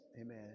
Amen